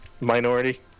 Minority